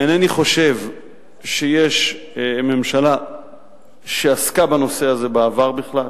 אינני חושב שהיתה בעבר ממשלה שעסקה בנושא הזה בכלל.